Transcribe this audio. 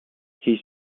his